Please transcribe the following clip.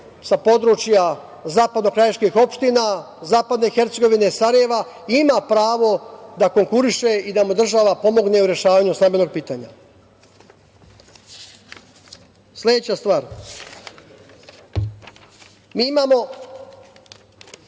sa područja zapadnokrajiških opština, zapadne Hercegovine, Sarajeva, ima pravo da konkuriše i da mu država pomogne u rešavanju stambenog pitanja. Sledeća stvar. Mi imamo